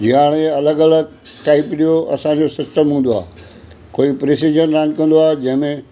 जीअं हाणे अलॻि अलॻि टाइप जो असांजो सिस्टम हूंदो आहे कोई प्रेसिडेंट रांदि कंदो आहे जंहिं में